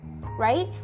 right